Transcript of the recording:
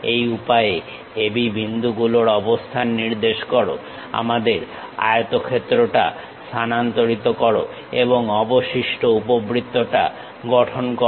এই উপায়ে AB বিন্দুগুলোর অবস্থান নির্দেশ করো আমাদের আয়তক্ষেত্রটা স্থানান্তরিত করো এবং অবশিষ্ট উপবৃত্তটা গঠন করো